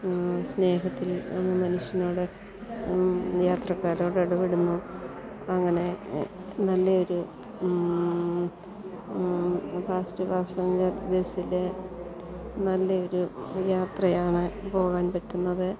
സ്നേഹത്തിൽ ഒന്ന് മനുഷ്യനോട് യാത്രക്കാരോട് ഇടപെടുന്നു അങ്ങനെ നല്ല ഒരു ഫാസ്റ്റ് ഫാസഞ്ചർ ബസിൽ നല്ല ഒരു യാത്രയാണ് പോകാൻ പറ്റുന്നത്